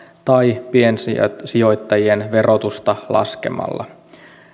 tai piensijoittajien verotusta laskemalla